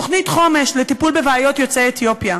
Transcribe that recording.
תוכנית חומש לטיפול בבעיות יוצאי אתיופיה.